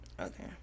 Okay